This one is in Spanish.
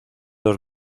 dos